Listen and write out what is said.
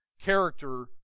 character